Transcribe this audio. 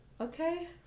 Okay